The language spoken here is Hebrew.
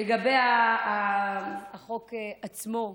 לגבי החוק עצמו,